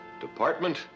department